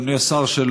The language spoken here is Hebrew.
אדוני השר,